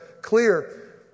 clear